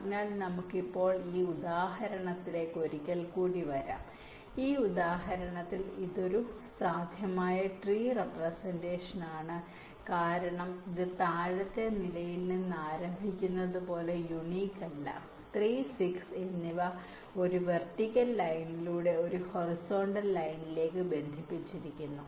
അതിനാൽ നമുക്ക് ഇപ്പോൾ ഈ ഉദാഹരണത്തിലേക്ക് ഒരിക്കൽ കൂടി വരാം ഈ ഉദാഹരണത്തിൽ ഇത് സാധ്യമായ ഒരു ട്രീ റെപ്രെസെന്റഷൻ ആണ് കാരണം ഇത് താഴത്തെ നിലയിൽ നിന്ന് ആരംഭിക്കുന്നത് പോലെ യൂണിക് അല്ല 3 6 എന്നിവ ഒരു വെർട്ടിക്കൽ ലൈനിലൂടെ ഒരു ഹൊറിസോണ്ടൽ ലൈനിലേക്ക് ബന്ധിപ്പിച്ചിരിക്കുന്നു